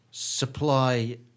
Supply